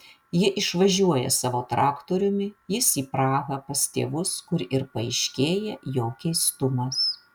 ji išvažiuoja savo traktoriumi jis į prahą pas tėvus kur ir paaiškėja jo keistumas